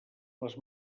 les